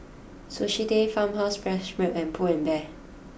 Sushi Tei Farmhouse Fresh Milk and Pull and Bear